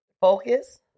focus